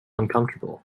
uncomfortable